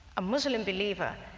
a muslim believer,